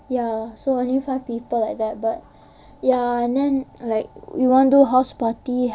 ya so only five people like that but ya and then like we want do house party